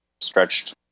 stretched